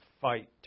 fight